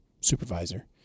supervisor